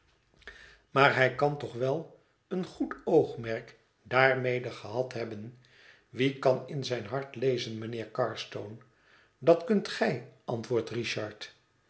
maar hij kan toch wel een goed oogmerk daarmede gehad hebben wie kan in zijn hart lezen mijnheer carstone dat kunt gij antwoordt richard